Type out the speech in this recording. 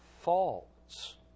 faults